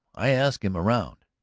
i asked him around.